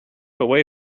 away